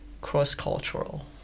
cross-cultural